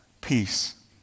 peace